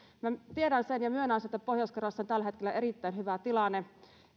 minä tiedän sen ja myönnän sen että pohjois karjalassa on tällä hetkellä erittäin hyvä tilanne